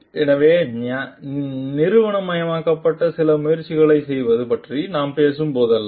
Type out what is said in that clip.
எனவே நிறுவனமயமாக்கப்பட்ட சில செயல்முறைகளைச் செய்வது பற்றி நாம் பேசும் போதெல்லாம்